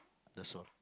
that's all